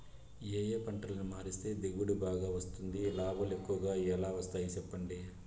ఏ ఏ పంటలని మారిస్తే దిగుబడి బాగా వస్తుంది, లాభాలు ఎక్కువగా ఎలా వస్తాయి సెప్పండి